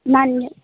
नानी